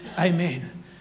Amen